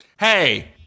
Hey